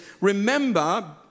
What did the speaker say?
remember